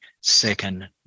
second